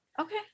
Okay